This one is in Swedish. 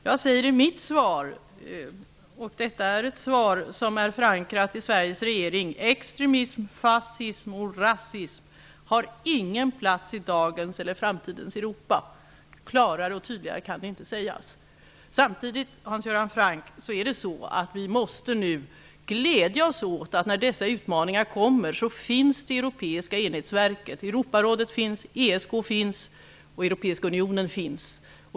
Jag sade i mitt svar, vilket är ett svar som är förankrat i Sveriges regering: Extremism, fascism och rasism har ingen plats i dagens eller framtidens Europa. Klarare och tydligare kan det inte sägas. Samtidigt, Hans Göran Franck, måste vi nu glädja oss åt att när dessa utmaningar kommer så finns det europeiska enhetsverket, Europarådet, ESK och Europeiska unionen.